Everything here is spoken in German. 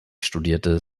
studierte